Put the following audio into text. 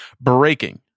breaking